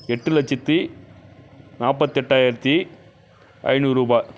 எட்டு லட்சத்து நாற்பத்தெட்டாயிரத்தி ஐந்நூறுரூபா